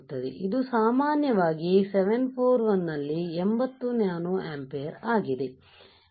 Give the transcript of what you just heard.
ಇದು ಸಾಮಾನ್ಯವಾಗಿ 741 ನಲ್ಲಿ 80 ನ್ಯಾನೋ ಆಂಪಿರ್ ಆಗಿದೆ